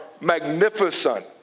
magnificent